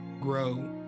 grow